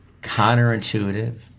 counterintuitive